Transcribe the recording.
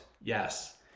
Yes